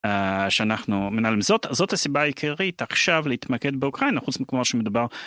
שאנחנו מנהלים, זאת זאת הסיבה העיקרית עכשיו להתמקד באוקראינה חוץ מכל מה שמדובר.